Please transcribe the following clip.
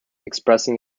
expressing